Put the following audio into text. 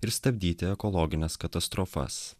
ir stabdyti ekologines katastrofas